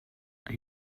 are